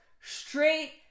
straight